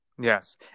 Yes